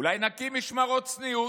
אולי נקים משמרות צניעות,